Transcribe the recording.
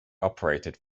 operated